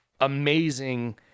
amazing